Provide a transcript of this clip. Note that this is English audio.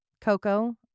Coco